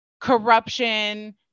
corruption